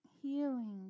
healing